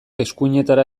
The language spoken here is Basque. eskuinetara